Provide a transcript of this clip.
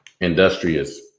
Industrious